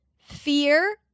fear